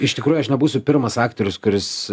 iš tikrųjų aš nebūsiu pirmas aktorius kuris